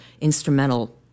instrumental